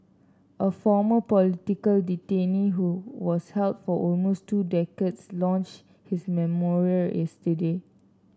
a former political detainee who was held for almost two decades launched his memoir yesterday